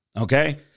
okay